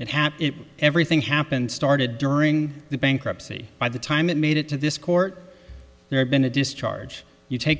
and happy everything happened started during the bankruptcy by the time it made it to this court there had been a discharge you take